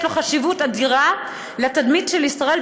יש לו חשיבות אדירה לתדמית של ישראל,